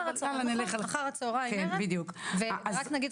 אחר הצהריים בשעה 17:00 ורק נגיד,